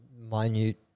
minute